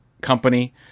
company